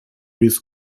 with